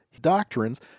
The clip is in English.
doctrines